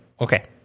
Okay